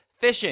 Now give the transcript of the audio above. Fishing